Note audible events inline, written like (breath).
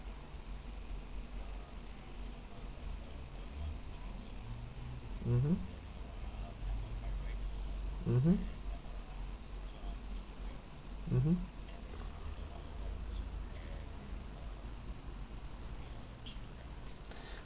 mmhmm mmhmm mmhmm (breath)